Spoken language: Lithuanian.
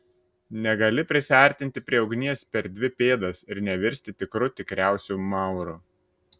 negali prisiartinti prie ugnies per dvi pėdas ir nevirsti tikrų tikriausiu mauru